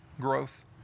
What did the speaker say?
growth